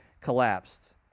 collapsed